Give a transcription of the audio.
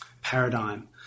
paradigm